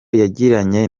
yagiranye